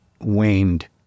waned